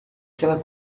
aquela